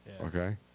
Okay